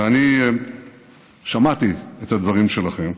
ואני שמעתי את הדברים שלכם,